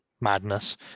madness